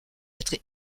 être